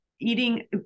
eating